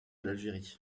l’algérie